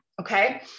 Okay